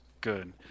good